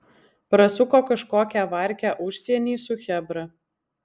prasuko kažkokią varkę užsieny su chebra